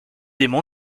démon